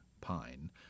Pine